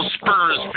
Spurs